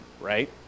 right